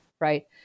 right